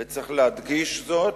וצריך להדגיש זאת,